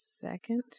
second